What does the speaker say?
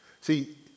See